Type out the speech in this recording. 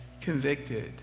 convicted